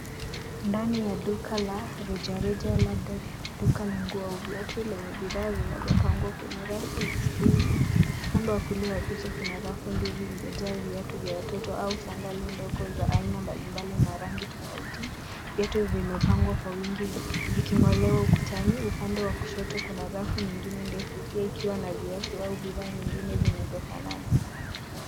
Ndani ya duka la reja reja labda duka la nguo, viatu, lenye bidhaa zilizopangwa kwenye rafu na spindi. Upande wa kulia wa picha kuna rafu mbili zimejaa viatu vya watoto au sandali ndogo za aina mbali mbali na rangi tofauti. Viatu vimepangwa kwa wingi vikingolewa ukutani, upande wa kushoto kuna rafu ingine ndefu ikiwa na viatu au bidhaa nyingine zinazofanana.